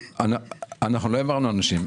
לא העברנו אנשים.